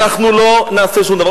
אנחנו לא נעשה שום דבר.